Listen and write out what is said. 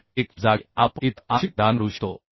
1 च्या जागी आपण इतर आंशिक प्रदान करू शकतो